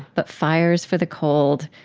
but fires for the cold,